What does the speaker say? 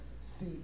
see